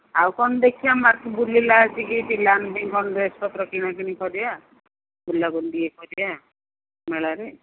ଆଉ କ'ଣ ଦେଖିବା ମାର୍କେଟ୍ ବୁଲିଲା ଆସିକି ପିଲାମାନେ ବି କ'ଣ ଡ୍ରେସ୍ ପତ୍ର କିଣାକିଣି କରିବା ବୁଲା ବୁଲି ଟିକିଏ କରିବା ମେଳାରେ